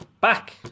back